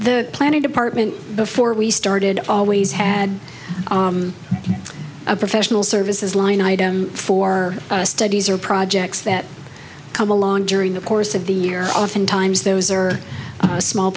the plan a department before we started always had a professional services line item for studies or projects that come along during the course of the year often times those are small